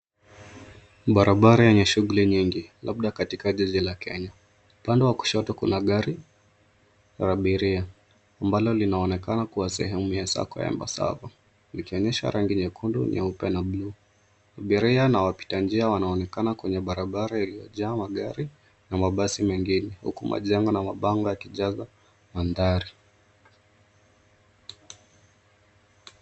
Barabara yenye shughuli nyingi labda katika jiji la Kenya. Upande wa kushoto kuna gari la abiria ambalo linaonekana kuwa sehemu ya sako ya Embasava, likionyeha rangi nyeupe, nyekundu na [s]blue .Abiria na wapita njia wanaonekana kwenye barabara iliyojaa magari na mabasi mengine huku majengo na mabango yakijaza mandhari.